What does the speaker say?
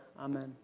Amen